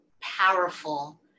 powerful